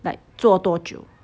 like 做多久